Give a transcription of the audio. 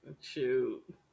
Shoot